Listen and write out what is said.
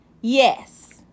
yes